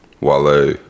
Wale